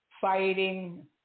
fighting